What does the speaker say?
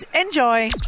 enjoy